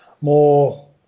more